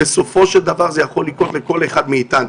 בסופו של דבר זה יכול לקרות לכל אחד מאתנו.